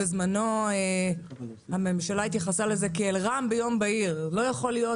בזמנו הממשלה התייחסה אל זה כאל רעם ביום בהיר: לא יכול להיות